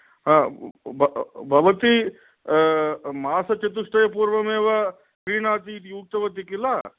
हा भ भवती मासचतुष्तयपूर्वमेव क्रीणाति इति उक्तवती खिल